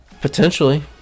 Potentially